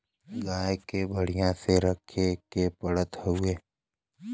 गाय के बढ़िया से रखे के पड़त हउवे